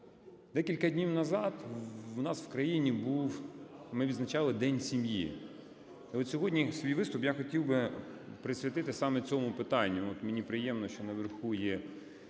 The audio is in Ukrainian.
Декілька днів назад у нас в країні був, ми відзначали День сім'ї. І от сьогодні свій виступ я хотів би присвятити саме цьому питанню. От мені приємно, що наверху є